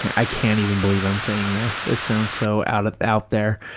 i can't even believe i'm saying this. it sounds so out out there.